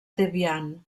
debian